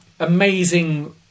Amazing